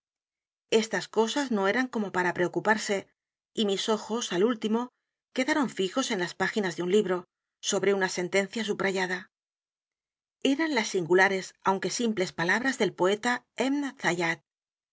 estas cosas no eran como para preocuparse y mis ojos al último quedaron fijos en las páginas de un libro sobre una sentencia subrayada e r a n las singulares aunque simples palabras del poeta e